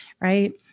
right